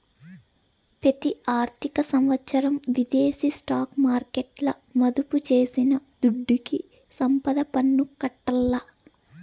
పెతి ఆర్థిక సంవత్సరం విదేశీ స్టాక్ మార్కెట్ల మదుపు చేసిన దుడ్డుకి సంపద పన్ను కట్టాల్ల